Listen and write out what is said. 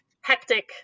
hectic